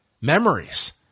memories